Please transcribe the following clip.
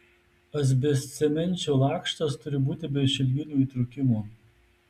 asbestcemenčio lakštas turi būti be išilginių įtrūkimų